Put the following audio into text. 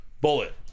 Bullet